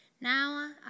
Now